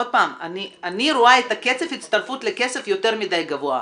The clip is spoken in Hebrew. עוד פעם אני רואה את קצב ההצטרפות לכסף יותר מדי גבוה,